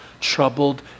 troubled